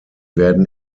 werden